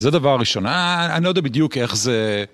זה הדבר הראשון, אני לא יודע בדיוק איך זה...